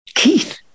Keith